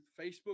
facebook